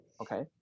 okay